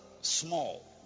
small